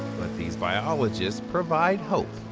but these biologists provide hope.